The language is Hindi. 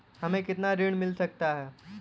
हमें कितना ऋण मिल सकता है?